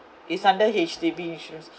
it's under H_D_B insurance